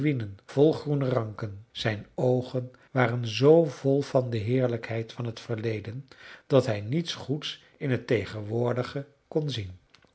groene ranken zijn oogen waren z vol van de heerlijkheid van het verleden dat hij niets goeds in het tegenwoordige kon zien